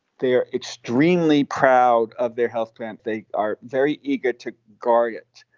they're extremely proud of their health plan. they are very eager to guard it.